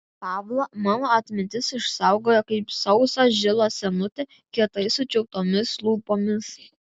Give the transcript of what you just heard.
pavlą mano atmintis išsaugojo kaip sausą žilą senutę kietai sučiauptomis lūpomis